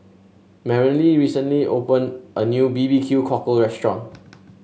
Maralyn recently open a new B B Q Cockle restaurant